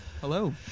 Hello